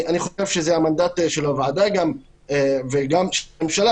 אני חושב שזה גם המנדט של הוועדה וגם של הממשלה